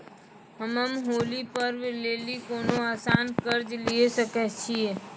हम्मय होली पर्व लेली कोनो आसान कर्ज लिये सकय छियै?